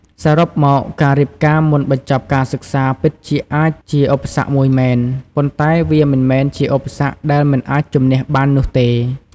សរុបមក ការរៀបការមុនបញ្ចប់ការសិក្សាពិតជាអាចជាឧបសគ្គមួយមែន ប៉ុន្តែវាមិនមែនជាឧបសគ្គដែលមិនអាចជម្នះបាននោះទេ។